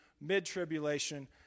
mid-tribulation